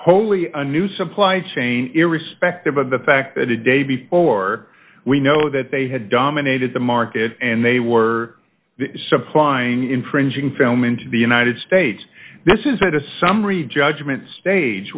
wholly a new supply chain irrespective of the fact that a day before we know that they had dominated the market and they were supplying infringing film into the united states this is a summary judgment stage